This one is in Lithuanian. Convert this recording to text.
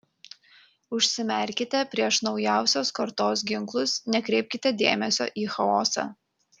užsimerkite prieš naujausios kartos ginklus nekreipkite dėmesio į chaosą